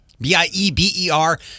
B-I-E-B-E-R